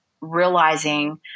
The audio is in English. realizing